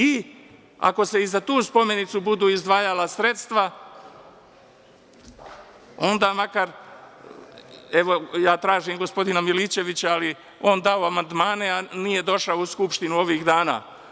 I ako se i za tu spomenicu budu izdvajala sredstva, onda makar, evo, ja tražim gospodina Milićevića, ali on je dao amandmane, a nije došao u Skupštinu ovih dana.